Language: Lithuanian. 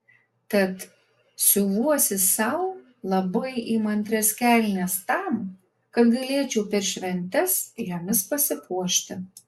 tad siuvuosi sau labai įmantrias kelnes tam kad galėčiau per šventes jomis pasipuošti